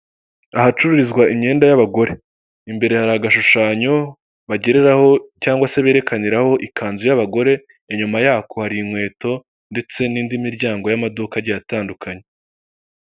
Inzu nini y'ubwishingizi bwa u a pa ku ruhande hari amasikariye maremare, cyane inzu nini umuntu ugiye kwinjiramo bisa nkaho ikorwa ubwishingizi.